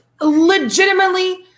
legitimately